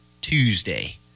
Tuesday